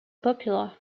popular